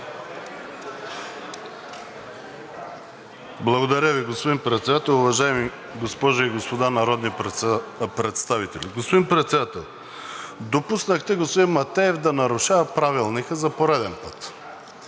Благодаря Ви, господин Председател. Уважаеми госпожи и господа народни представители! Господин Председател, допуснахте господин Матеев да нарушава Правилника за пореден път,